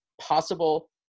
possible